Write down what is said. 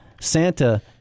Santa